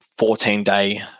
14-day